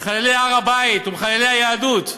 מחללי הר-הבית ומחללי היהדות.